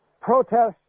protests